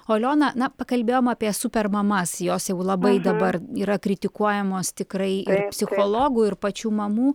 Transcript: o aliona na pakalbėjom apie super mamas jos jau labai dabar yra kritikuojamos tikrai ir psichologų ir pačių mamų